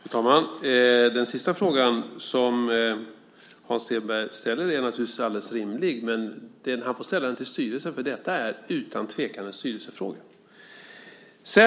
Fru talman! Den sista frågan som Hans Stenberg ställde är naturligtvis alldeles rimlig. Men han får ställa den till styrelsen eftersom detta utan tvekan är en styrelsefråga.